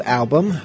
album